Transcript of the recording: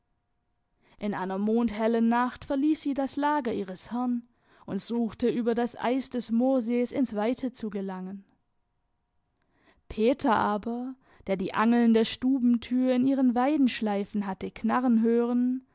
in einer mondhellen nacht verließ sie das lager ihres herrn und suchte über das eis des moorsees ins weite zu gelangen peter aber der die angeln der stubentür in ihren weidenschleifen hatte knarren hören